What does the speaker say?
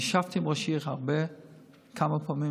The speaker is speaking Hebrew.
אני ישבתי הרבה עם ראש העיר,